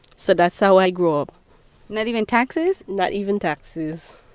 so that's how i grew up not even taxes? not even taxes